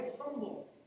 humble